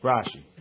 Rashi